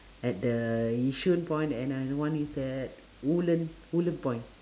at the yishun point and another one is at woodlands woodlands point